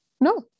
No